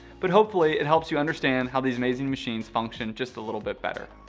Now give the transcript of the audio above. but hopefully it helps you understand how these amazing machines function just a little bit better.